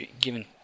given